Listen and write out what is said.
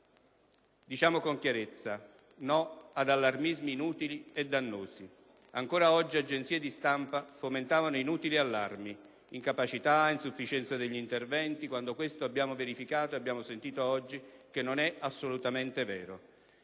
Diciamo con chiarezza no ad allarmismi inutili e dannosi. Ancor oggi agenzie di stampa fomentavano inutili allarmi: incapacità, insufficienza degli interventi, quando abbiamo verificato e sentito oggi che ciò non è assolutamente vero.